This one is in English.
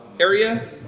area